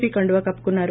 P కండువా కప్పుకొన్నారు